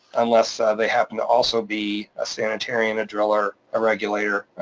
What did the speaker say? unless they happen to also be a sanitarian, a driller, a regulator,